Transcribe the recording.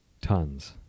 Tons